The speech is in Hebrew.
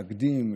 להקדים,